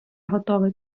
готовий